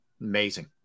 amazing